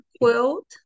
quilt